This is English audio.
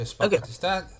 okay